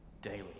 daily